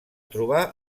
trobar